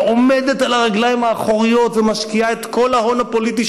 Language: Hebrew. שעומדת על הרגליים האחוריות ומשקיעה את כל ההון הפוליטי